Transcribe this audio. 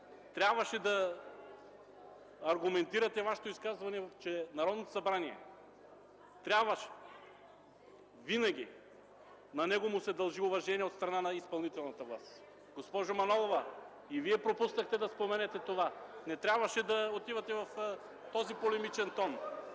трябваше да аргументирате Вашето изказване, че на Народното събрание винаги се дължи уважение от страна на изпълнителната власт. Госпожо Манолова, и Вие пропуснахте да споменете това. Не трябваше да отивате в този полемичен тон.